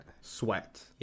sweat